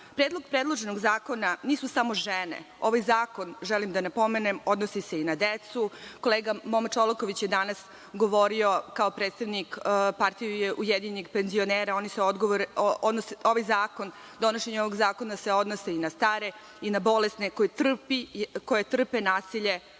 braka. Predlog predloženog zakona nisu samo žene. Ovaj zakon, želim da napomenem, odnosi se i na decu. Kolega Momo Čolaković je danas govorio, kao predstavnik Partije ujedinjenih penzionera, da se donošenje ovog zakona odnosi i na stare i na bolesne koje trpe nasilje